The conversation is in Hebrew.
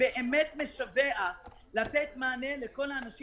באמת משווע לתת מענה לכל האנשים